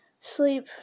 Sleep